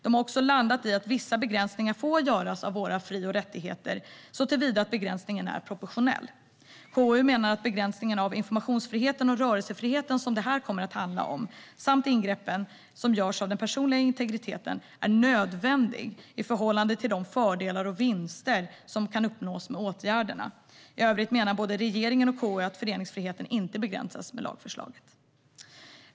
De har också landat i att vissa begränsningar får göras av våra fri och rättigheter om begränsningen är proportionell. KU menar att begränsningen av informationsfriheten och rörelsefriheten, som det här kommer att handla om, samt ingreppen som görs av den personliga integriteten är nödvändig i förhållande till de fördelar och vinster som kan uppnås med åtgärderna. I övrigt menar både regeringen och KU att föreningsfriheten inte begränsas med lagförslaget.